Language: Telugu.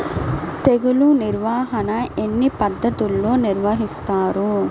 తెగులు నిర్వాహణ ఎన్ని పద్ధతుల్లో నిర్వహిస్తారు?